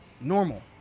normal